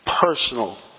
personal